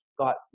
Got